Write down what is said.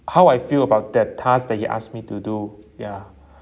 how I feel about that task that he asked me to do ya